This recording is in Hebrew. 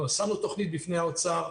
אנחנו שמנו תוכנית בפני האוצר.